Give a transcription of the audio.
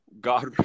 God